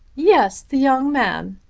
yes the young man.